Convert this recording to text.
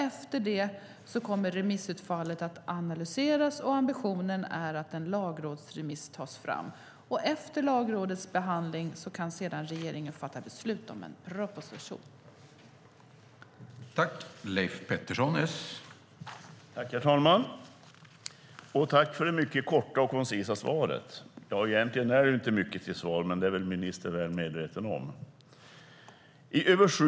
Efter det kommer remissutfallet att analyseras, och ambitionen är att en lagrådsremiss tas fram. Efter Lagrådets behandling kan sedan regeringen fatta beslut om en proposition.